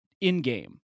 in-game